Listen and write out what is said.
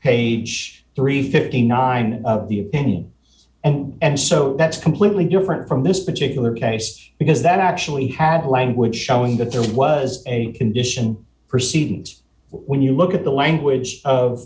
and fifty nine the opinion and so that's completely different from this particular case because that actually had language showing that there was a condition proceedings when you look at the language